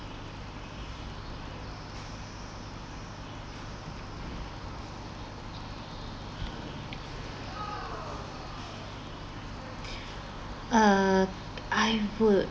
err I would